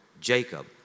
Jacob